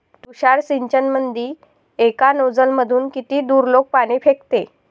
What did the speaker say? तुषार सिंचनमंदी एका नोजल मधून किती दुरलोक पाणी फेकते?